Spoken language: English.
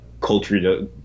culture